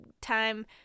time